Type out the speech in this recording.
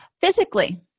Physically